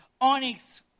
onyx